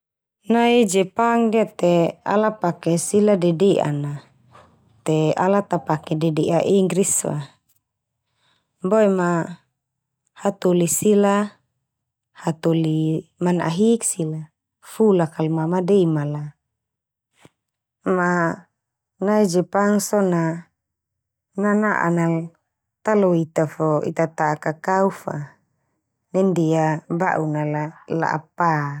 Nai Jepang ndia te ala pake sila dede'an na te ala ta pake dede'a Inggris fa. Boe ma hatoli sila hatoli mana'a hik sila, fulak kal ma madema la ma nai Jepang so na, nana'an nal ta lo ita fo ita ta'a kakau fa. Nai ndia ba'un nala la'a pa.